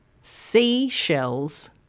seashells